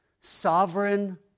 Sovereign